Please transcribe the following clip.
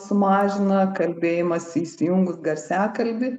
sumažina kalbėjimas įsijungus garsiakalbį